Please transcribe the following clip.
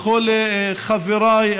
לכל חבריי,